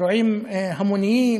אירועים המוניים,